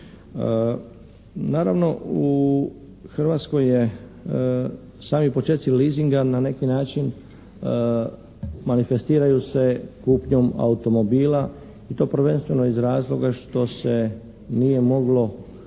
Naravno u Hrvatskoj je sami počeci leasinga na neki način manifestiraju se kupnjom automobila i to prvenstvo iz razloga što se nije moglo